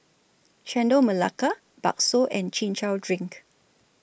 Chendol Melaka Bakso and Chin Chow Drink